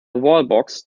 wallbox